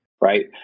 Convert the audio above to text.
Right